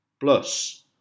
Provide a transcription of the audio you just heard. Plus